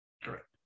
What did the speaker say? Correct